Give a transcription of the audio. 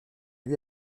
lui